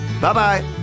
Bye-bye